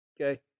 Okay